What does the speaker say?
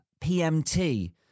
PMT